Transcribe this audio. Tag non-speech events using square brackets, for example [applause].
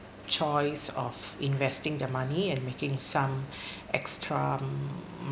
choice of investing the money and making some [breath] extra mm